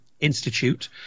institute